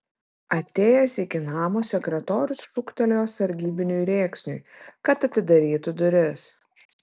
atėjęs iki namo sekretorius šūktelėjo sargybiniui rėksniui kad atidarytų duris